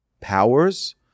powers